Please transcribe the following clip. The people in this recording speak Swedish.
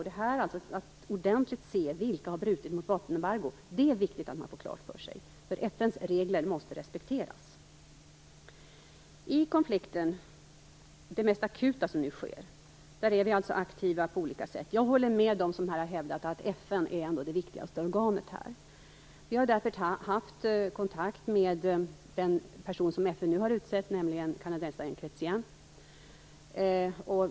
Det är viktigt att vi får klart för oss vilka som har brutit mot vapenembargot - FN:s regler måste respekteras. I det mest akuta som nu sker i konflikten är vi aktiva på olika sätt. Jag håller med dem som här har hävdat att FN trots allt är det viktigaste organet. Vi har haft kontakt med den person som FN nu har utsett, nämligen kanadensaren Chrétien.